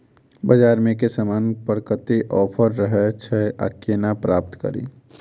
बजार मे केँ समान पर कत्ते ऑफर रहय छै केना पत्ता कड़ी?